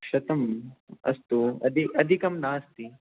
शतम् अस्तु अधि अधिकं नास्ति